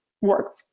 work